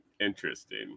interesting